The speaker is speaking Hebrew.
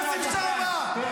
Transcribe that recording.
חבר הכנסת עודה, תרד מהדוכן.